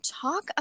talk